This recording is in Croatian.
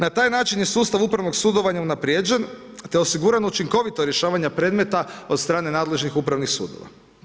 Na taj način je sustav upravnog sudovanja unaprijeđen te osigurano učinkovito rješavanje predmeta od strane nadležnih upravnih sudova.